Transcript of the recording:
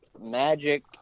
magic